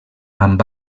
amb